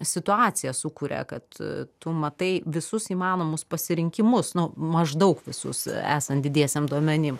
situaciją sukuria kad tu matai visus įmanomus pasirinkimus nu maždaug visus esant didiesiem duomenim